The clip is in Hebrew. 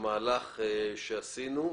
זה המהלך שעשינו.